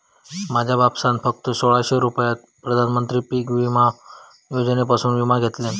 माझ्या बापसान फक्त सोळाशे रुपयात प्रधानमंत्री पीक विमा योजनेसून विमा घेतल्यान